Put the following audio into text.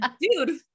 dude